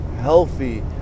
healthy